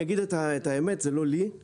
אני אגיד את האמת: זה לא לי.